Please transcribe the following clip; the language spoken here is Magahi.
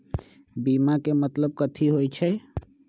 बीमा के मतलब कथी होई छई?